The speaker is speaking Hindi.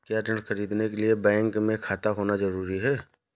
क्या ऋण ख़रीदने के लिए बैंक में खाता होना जरूरी है?